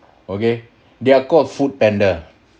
okay they are called foodpanda